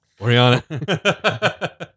Oriana